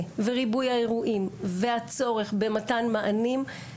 וריבוי האירועים והצורך במתן מענים,